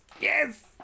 Yes